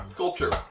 Sculpture